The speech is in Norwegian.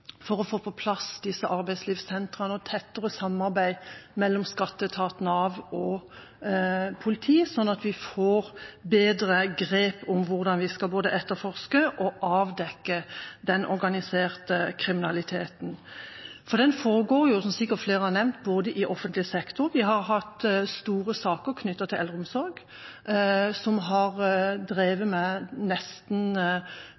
for å få på plass arbeidslivssentrene og et tettere samarbeid mellom skatteetat, Nav og politi, slik at vi får bedre grep om hvordan vi skal både etterforske og avdekke den organiserte kriminaliteten. Den foregår – som sikkert flere har nevnt – i offentlig sektor. Vi har hatt store saker knyttet til eldreomsorg, der en nesten har